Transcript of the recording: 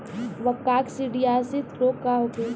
काकसिडियासित रोग का होखे?